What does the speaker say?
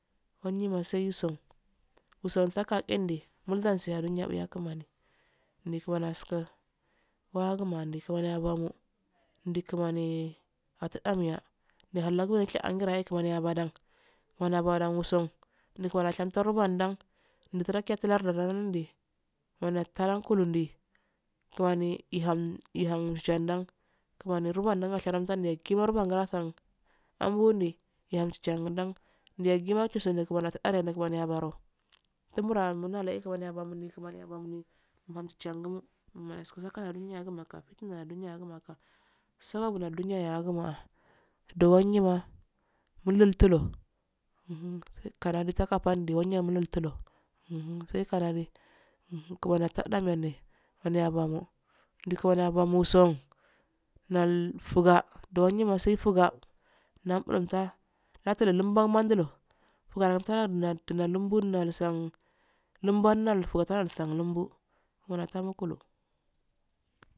Wundimaseeso wusanfaka endi, muldalnsi yadoyabba yakimani kimani yaski wugamandi kimaniya yabuma, ya kimani atadenniya yihalagu mesheanguranguna'a kimaniyabadansa uwasua’ ndi kimaniyashen farbowandan ndi firakf ya tarbadan tulakiyatardiyalarndi kimaniya talukulundi kimani iham ihamshadi kimani rubanan asharamdi yaggima rubuwangana asan anmbundi, yachaindan nde yaggima chusende kimaniyatasiya kimaniyabaroo tumburanaluguwaluwa kimaniyabamagi kimaniyabloanmongi kimashangu kimaniyakusakusale dunyagumaka, dowanyima mulutulo sai kanadi kimaniyatudanmundi, kimaniyabarron, ndi kimaniya bamoson nalfugado, uwungimma saifuga nanabulotaa natululambnandaulo fugalamtulo lalumlonlassan lumbbulansan lumbbo kimaniya tamukulo.